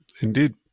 indeed